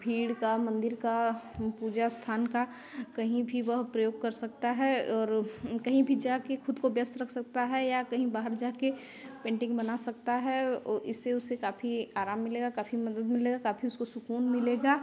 भीड़ का मंदिर का पूजा स्थान का कहीं भी वह प्रयोग कर सकता है और कहीं भी जाकर खुद को व्यस्त रख सकता है या कहीं बाहर जाकर पेंटिंग बना सकता है वह इससे उसे काफ़ी आराम मिलेगा काफ़ी मदद मिलेगा काफ़ी उसको सुकून मिलेगा